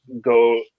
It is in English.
go